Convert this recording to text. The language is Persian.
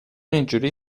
اینجوری